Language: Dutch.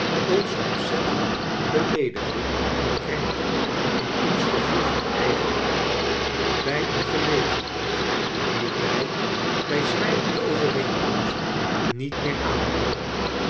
ons opzettelijk beleedigde en krenkte in ons gevoel van eigenwaarcle bij een gelegenheid die wij bij zwijgende overeenkomst niet meer aanroeren